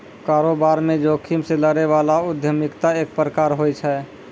कारोबार म जोखिम से लड़ै बला उद्यमिता एक प्रकार होय छै